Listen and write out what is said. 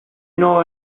know